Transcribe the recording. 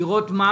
לראות מה